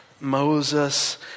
Moses